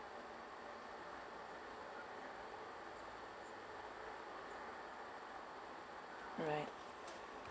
alright